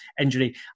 injury